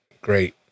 Great